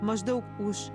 maždaug už